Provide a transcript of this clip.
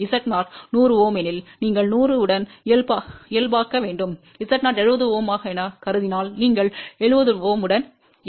Z0 100 Ω எனில் நீங்கள் 100 உடன் இயல்பாக்க வேண்டும் Z0 70 Ω எனக் கருதினால் நீங்கள் 70 Ω உடன் இயல்பாக்குகிறீர்கள்